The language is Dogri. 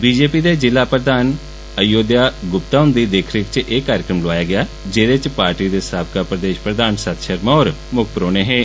बीजेपी दे ज़िला प्रधान अयोध्या गुप्ता हुंदी दिक्ख रिक्ख च एह कार्यक्रम लग्गा जेह्दे च पार्टी दे साबका प्रदेष प्रधान सत षर्मा मुक्ख परौह्ने हे